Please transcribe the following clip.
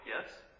Yes